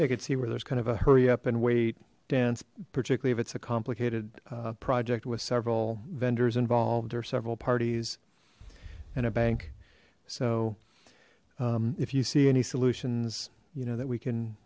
they could see where there's kind of a hurry up and wait dance particularly if it's a complicated project with several vendors involved or several parties in a bank so if you see any solutions you know that we can